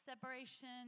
separation